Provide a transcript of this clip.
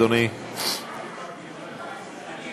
אדוני סגן השר,